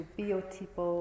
biotipo